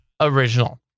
original